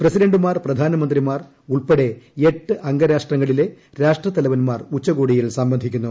പ്രസിഡന്റുമാർ പ്രധാനമന്ത്രിമാർ ഉൾപ്പെടെ എട്ട് അംഗരാഷ്ട്രങ്ങളിലെ രാഷ്ട്രതലവന്മാർ ഉച്ചകോടിയിൽ സംബന്ധിക്കുന്നു